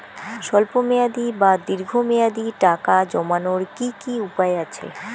স্বল্প মেয়াদি বা দীর্ঘ মেয়াদি টাকা জমানোর কি কি উপায় আছে?